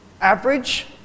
Average